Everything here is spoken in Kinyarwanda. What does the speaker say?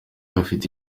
afite